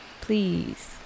please